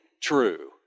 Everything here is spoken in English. true